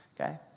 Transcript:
Okay